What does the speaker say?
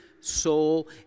soul